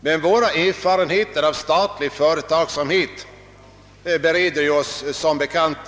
Men våra erfarenheter av statlig företagsamhet bereder oss som bekant